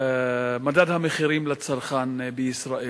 מדד המחירים לצרכן בישראל.